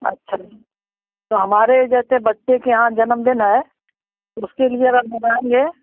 अच्छा तो हमारे जैसे बच्चे के यहाँ जन्मदिन है तो उसके लिए अगर मंगाएंगे